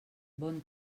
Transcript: bon